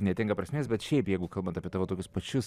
netenka prasmės bet šiaip jeigu kalbant apie tavo tokius pačius